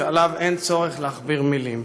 שעליו אין צורך להכביר מילים,